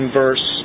verse